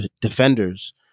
defenders